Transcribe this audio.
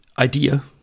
idea